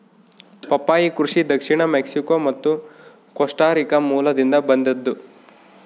ಪಪ್ಪಾಯಿ ಕೃಷಿ ದಕ್ಷಿಣ ಮೆಕ್ಸಿಕೋ ಮತ್ತು ಕೋಸ್ಟಾರಿಕಾ ಮೂಲದಿಂದ ಬಂದದ್ದು